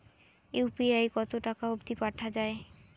UPI কতো টাকা অব্দি পাঠা যায়?